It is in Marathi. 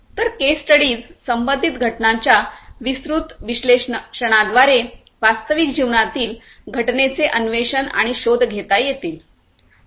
तर केस स्टडीज संबंधित घटनांच्या विस्तृत विश्लेषणाद्वारे वास्तविक जीवनातील घटनेचे अन्वेषण आणि शोध घेता येतील